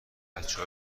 بچه